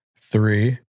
three